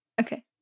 Okay